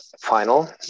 final